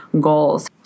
goals